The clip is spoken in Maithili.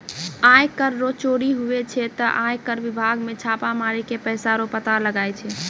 आय कर रो चोरी हुवै छै ते आय कर बिभाग मे छापा मारी के पैसा रो पता लगाय छै